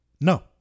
No